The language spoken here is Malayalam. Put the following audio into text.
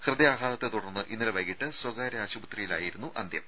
ഹൃദയാഘാതത്തെത്തുടർന്ന് ഇന്നലെ വൈകിട്ട് സ്വകാര്യ ആശുപത്രിയിലായിരുന്നു അന്ത്യം